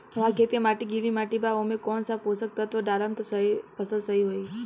हमार खेत के माटी गीली मिट्टी बा ओमे कौन सा पोशक तत्व डालम त फसल सही होई?